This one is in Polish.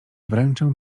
wręczę